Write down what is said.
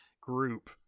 group